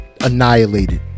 annihilated